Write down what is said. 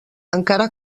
encara